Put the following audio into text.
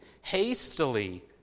hastily